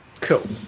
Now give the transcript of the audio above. Cool